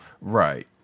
Right